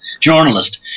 journalist